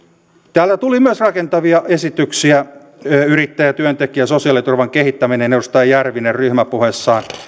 täällä tuli myös rakentavia esityksiä yrittäjä työntekijän sosiaaliturvan kehittäminen edustaja järvinen ryhmäpuheessaan